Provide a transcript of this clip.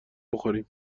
بخوریم